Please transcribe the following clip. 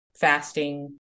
fasting